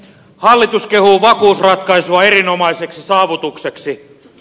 hallitus kehuu vakuusratkaisua erinomaiseksi saavutukseksi